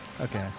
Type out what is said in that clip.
Okay